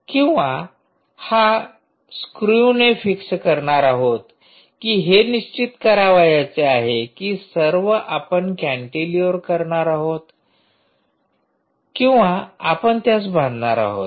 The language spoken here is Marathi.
किंवा हा स्क्रूने फिक्स करणार आहोत कि हे निश्चित करावयाचे आहे कि सर्व आपण कॅन्टिलिव्हर करणार आहोत हे किंवा आपण त्यास बांधणार आहोत